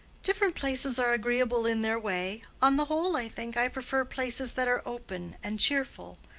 different places are agreeable in their way. on the whole, i think, i prefer places that are open and cheerful.